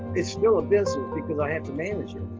it's still a business because i have to manage it.